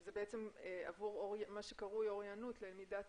זה בעצם עבור מה שקרוי אוריינות ללמידת